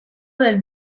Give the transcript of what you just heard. del